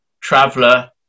traveler